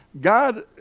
God